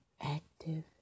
active